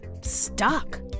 stuck